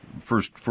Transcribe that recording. first